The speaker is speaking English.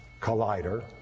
collider